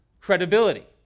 credibility